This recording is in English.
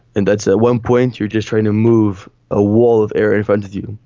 and that's at one point you're just trying to move a wall of air in front of you,